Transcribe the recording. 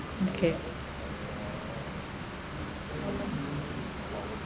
okay